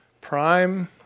Prime